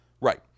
Right